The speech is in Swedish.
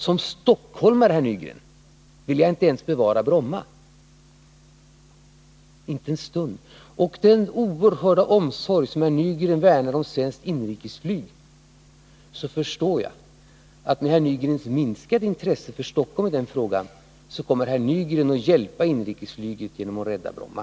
Som stockholmare, herr Nygren, vill jag inte ens bevara Bromma. Inte en stund! Med den oerhörda omsorg som herr Nygren värnar om svenskt inrikesflyg och med herr Nygrens minskade intresse för Stockholm i den här frågan förstår jag att herr Nygren kommer att hjälpa inrikesflyget genom att rädda Bromma.